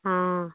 অ